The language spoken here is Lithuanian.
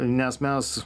nes mes